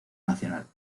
nacional